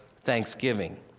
thanksgiving